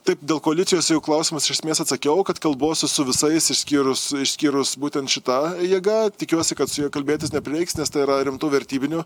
taip dėl koalicijos klausimas aš iš esmės atsakiau kad kalbuosi su visais išskyrus išskyrus būtent šita jėga tikiuosi kad su ja kalbėtis neprireiks nes tai yra rimtų vertybinių